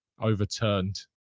overturned